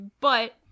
but-